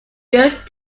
built